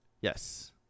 yes